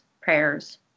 prayers